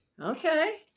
Okay